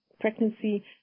pregnancy